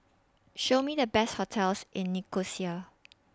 Show Me The Best hotels in Nicosia